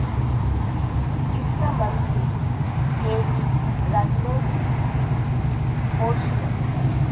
वित्त मंत्री एक राजनैतिक पोस्ट है